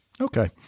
Okay